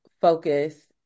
focus